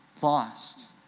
lost